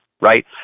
right